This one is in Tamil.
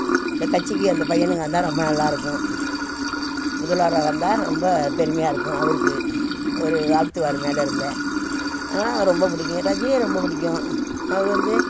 கட்சிக்கு அந்த பையனுக வந்தால் ரொம்ப நல்லா இருக்கும் முதல்வராக வந்து ரொம்ப பெருமையாக இருக்கும் அவருக்கு அவர் வாழ்த்துவார் மேலே இருந்தே அதனால் ரொம்ப பிடிக்கும் ரஜினியை ரொம்ப பிடிக்கும் அவர் வந்து